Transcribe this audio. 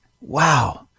Wow